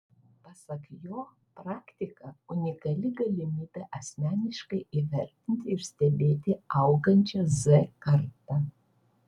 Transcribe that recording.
pasak jo praktika unikali galimybė asmeniškai įvertinti ir stebėti augančią z kartą